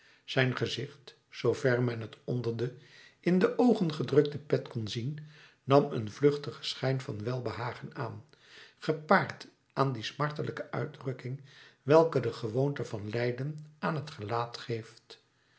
zijn gezicht zoover men het onder de in de oogen gedrukte pet kon zien nam een vluchtigen schijn van welbehagen aan gepaard aan die smartelijke uitdrukking welke de gewoonte van lijden aan het gelaat geeft